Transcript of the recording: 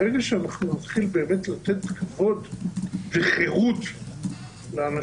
ברגע אנחנו נתחיל באמת לתת כבוד וחירות לאנשים,